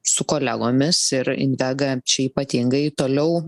su kolegomis ir invega čia ypatingai toliau